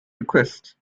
request